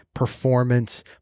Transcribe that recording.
performance